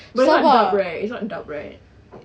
it's not dub right it's not dub right